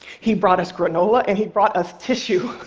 he brought us granola, and he brought us tissue.